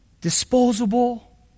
Disposable